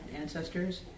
ancestors